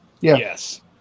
Yes